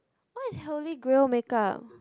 what is holy grail make up